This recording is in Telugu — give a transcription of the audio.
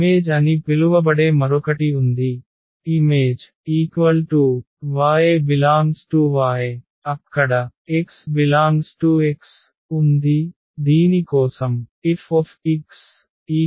ఇమేజ్ అని పిలువబడే మరొకటి ఉంది Im y∈Y అక్కడ x∈X ఉంది దీని కోసం F y